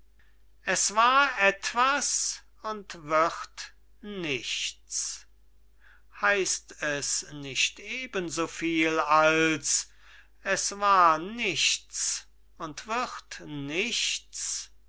es war etwas und wird nichts heißt es nicht eben so viel als es war nichts und wird nichts